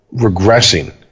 regressing